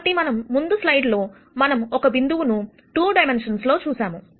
కాబట్టి ముందు స్లైడ్ లో మనం ఒక బిందువును 2 డైమెన్షన్ లో చూశాము